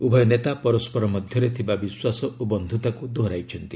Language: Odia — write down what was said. ଉଭୟ ନେତା ପରସ୍କର ମଧ୍ୟରେ ଥିବା ବିଶ୍ୱାସ ଓ ବନ୍ଧୁତାକୁ ଦୋହରାଇଛନ୍ତି